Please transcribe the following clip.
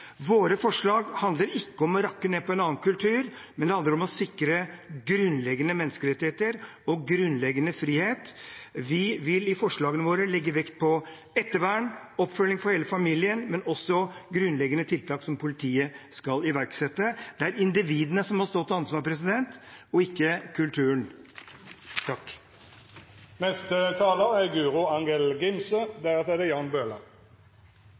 Våre forslag handler ikke om å rakke ned på en annen kultur, men om å sikre grunnleggende menneskerettigheter og grunnleggende frihet. Vi legger i forslagene våre vekt på ettervern, oppfølging av hele familien, men også grunnleggende tiltak som politiet skal iverksette. Det er individene som må stå til ansvar – ikke kulturen. Det er veldig viktig at vi tar denne debatten, og det har jeg sagt tidligere også. Vi må snakke om at det er